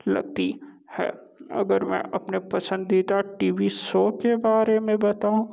लगती है अगर मैं अपने पसंदीदा टी वी शो के बारे में बताऊँ